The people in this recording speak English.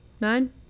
Nine